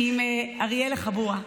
עם אריאלה חבורה.